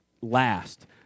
last